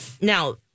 Now